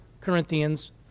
Corinthians